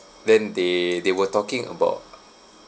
then they they were talking about